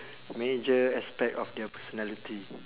major aspect of their personality